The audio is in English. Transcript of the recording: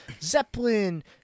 Zeppelin